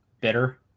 bitter